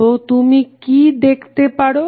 তো তুমি কি দেখতে পারো